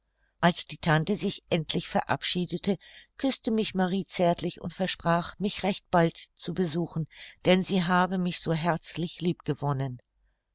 als die tante sich endlich verabschiedete küßte mich marie zärtlich und versprach mich recht bald zu besuchen denn sie habe mich so herzlich lieb gewonnen